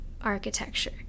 architecture